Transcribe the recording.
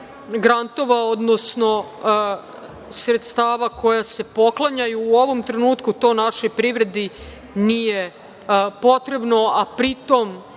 grantova, odnosno sredstava koja se poklanjaju. U ovom trenutku to našoj privredi nije potrebno, a pri tom